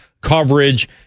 coverage